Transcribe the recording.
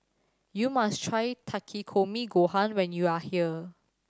you must try Takikomi Gohan when you are here